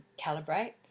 calibrate